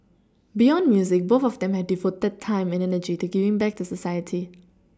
beyond music both of them have devoted time and energy to giving back to society